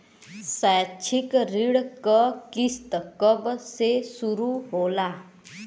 शैक्षिक ऋण क किस्त कब से शुरू होला?